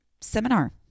seminar